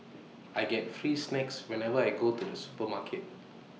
I get free snacks whenever I go to the supermarket